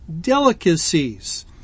delicacies